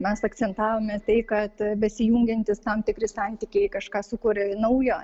mes akcentavome tai kad besijungiantys tam tikri santykiai kažką sukuria ir naujo